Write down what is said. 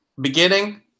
beginning